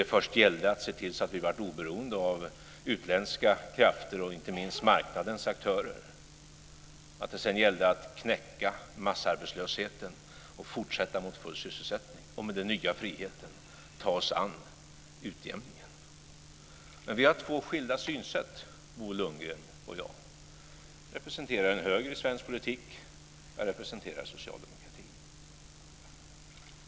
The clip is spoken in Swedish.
Det gällde först att se till att vi blev oberoende av utländska krafter och inte minst marknadens aktörer. Sedan gällde det att knäcka massarbetslösheten och fortsätta mot full sysselsättning och med den nya friheten ta oss an utjämningen. Vi har två skilda synsätt, Bo Lundgren och jag. Han representerar högern i svensk politik, jag representerar socialdemokratin.